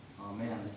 Amen